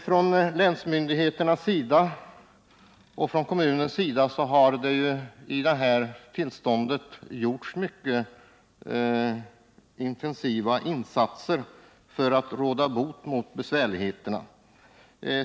Från länsmyndigheternas och från kommunens sida har det i det här läget gjorts mycket intensiva insatser för att råda bot på besvärligheterna.